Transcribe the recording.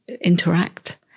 interact